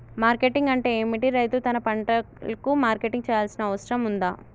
Marketing అంటే ఏమిటి? రైతు తన పంటలకు మార్కెటింగ్ చేయాల్సిన అవసరం ఉందా?